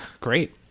Great